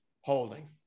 holding